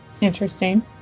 Interesting